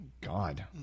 God